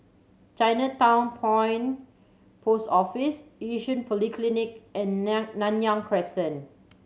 Chinatown Point Post Office Yishun Polyclinic and Nan Nanyang Crescent